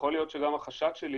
ויכול להיות שגם החשד שלי